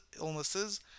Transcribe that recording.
illnesses